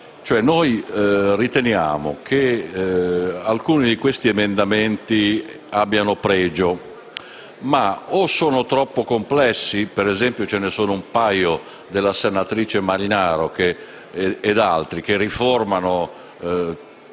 Noi riteniamo che alcuni di questi emendamenti abbiano pregio, ma, o sono troppo complessi (per esempio, ce ne sono un paio della senatrice Marinaro e di altri senatori che riformano